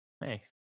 hey